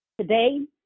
today